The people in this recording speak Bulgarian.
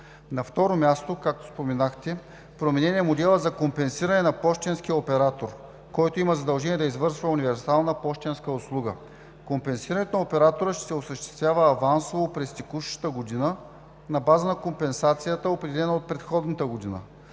На второ място, както споменахте, променен е моделът за компенсиране на пощенския оператор, който има задължение да извършва универсалната пощенска услуга. Компенсирането на оператора ще се осъществява авансово през текущата година на база на компенсацията, определена от предходната година.